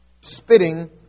spitting